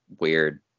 weird